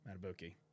Matabuki